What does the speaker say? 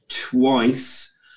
twice